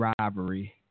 rivalry